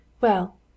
Well